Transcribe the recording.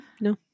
no